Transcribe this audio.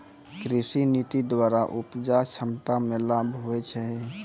कृषि नीति द्वरा उपजा क्षमता मे लाभ हुवै छै